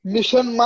Mission